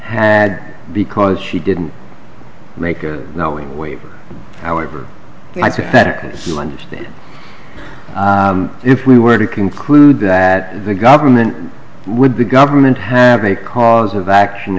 had because she didn't make a knowing waiver however she lunged if we were to conclude that the government would the government have a cause of action